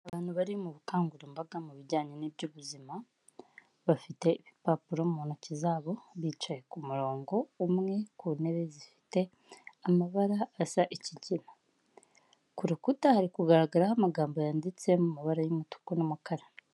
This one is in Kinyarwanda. Abantu bari mu bukangurambaga mu bijyanye n'iby'ubuzima, bafite ibipapuro mu ntoki zabo, bicaye ku murongo umwe ku ntebe zifite amabara asa ikigina. Ku rukuta hari kugaragaraho amagambo yanditse mu mabara y'umutuku n'umukara.